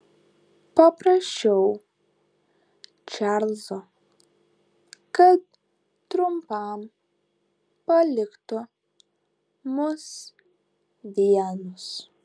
paprašiau čarlzo kad trumpam paliktų mus vienus